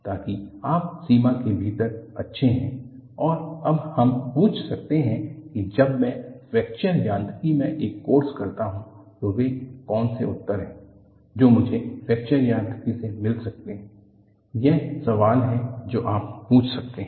ताकि आप सीमा के भीतर अच्छे हैं और अब हम पूछ सकते हैं कि जब मैं फ्रैक्चर यांत्रिकी में एक कोर्स करता हूं तो वे कौन से उत्तर हैं जो मुझे फ्रैक्चर यांत्रिकी से मिल सकते हैं यह सवाल है जो आप पूछ सकते हैं